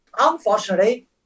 unfortunately